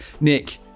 Nick